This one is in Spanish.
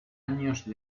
años